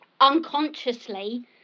unconsciously